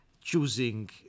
choosing